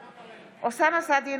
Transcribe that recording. אינו נוכח אוסאמה סעדי,